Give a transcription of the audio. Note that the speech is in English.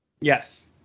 Yes